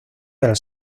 del